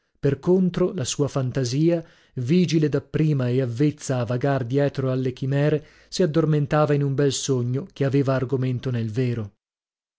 per contro la sua fantasia vigile da prima e avvezza a vagar dietro alle chimere si addormentava in un bel sogno che aveva argomento nel vero